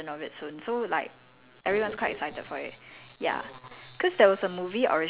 ya ya then err apparently netflix is going to do a live version of it soon so like